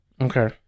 Okay